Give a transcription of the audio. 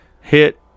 hit